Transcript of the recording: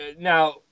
now